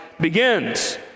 begins